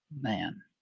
Man